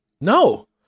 No